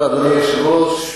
אדוני היושב-ראש,